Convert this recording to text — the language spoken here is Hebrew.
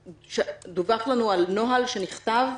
דווח לנו על נוהל שנכתב.